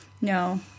No